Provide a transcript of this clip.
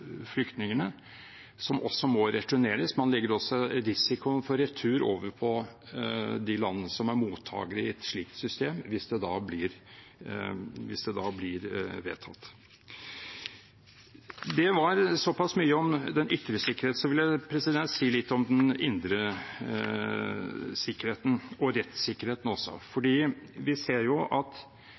landene som er mottakere, i et slikt system, hvis det da blir vedtatt. Det var såpass mye om den ytre sikkerheten, og så vil jeg si litt om den indre sikkerheten og også rettssikkerheten. Vi ser at